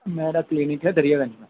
میرا کلینک ہے دریا گنج میں